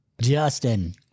Justin